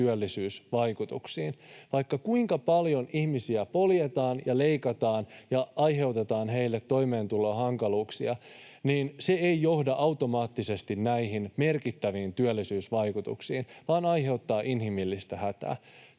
työllisyysvaikutuksiin. Vaikka kuinka paljon ihmisiä poljetaan ja leikataan ja aiheutetaan heille toimeentulon hankaluuksia, niin se ei johda automaattisesti näihin merkittäviin työllisyysvaikutuksiin vaan aiheuttaa inhimillistä hätää.